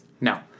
no